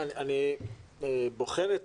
אני בוחן את